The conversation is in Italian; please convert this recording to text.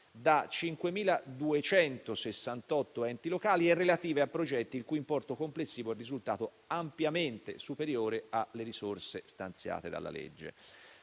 da 5.268 enti locali e relative a progetti il cui importo complessivo è risultato ampiamente superiore alle risorse stanziate dalla legge.